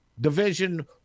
Division